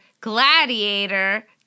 Gladiator